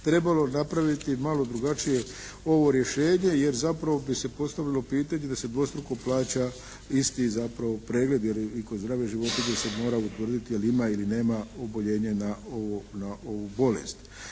trebalo napraviti malo drugačije ovo rješenje jer zapravo bi se postavilo pitanje da se dvostruko plaća isti zapravo pregled jer i kod zdravlja životinja se mora utvrditi je li ima ili nema oboljenje na ovu bolest.